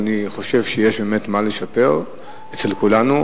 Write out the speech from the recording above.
ואני חושב שיש באמת מה לשפר אצל כולנו.